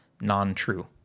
non-true